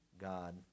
God